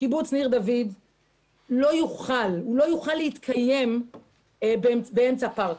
שקיבוץ ניר דוד לא יוכל להתקיים באמצע פארק,